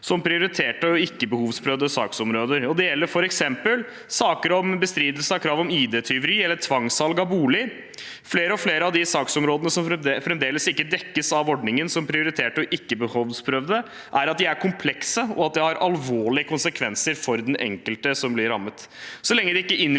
som prioriterte og ikke-behovsprøvde saksområder. Det gjelder f.eks. saker om bestridelse av krav ved ID-tyveri eller tvangssalg av bolig. Flere og flere av de saksområdene som fremdeles ikke dekkes av ordningen, som prioriterte og ikke-behovsprøvde, er at de er komplekse, og at de har alvorlige konsekvenser for den enkelte som blir rammet.